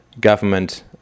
government